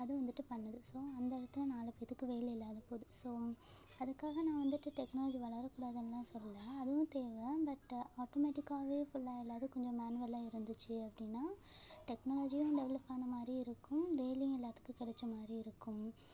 அது வந்துட்டு பண்ணுது ஸோ அந்த இடத்துல நாலு பேர்த்துக்கு வேலை இல்லாத போது ஸோ அதுக்காக நான் வந்துட்டு டெக்னாலஜி வளரக்கூடாதுன்லாம் சொல்லல அதுவும் தேவை பட் ஆட்டோமேட்டிக்காவே ஃபுல்லா இல்லாது கொஞ்சம் மேன்வலாக இருந்துச்சு அப்படின்னா டெக்னாலஜியும் டெவலப் ஆன மாதிரி இருக்கும் வேலையும் எல்லாத்துக்கும் கிடச்ச மாதிரி இருக்கும்